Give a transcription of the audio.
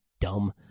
dumb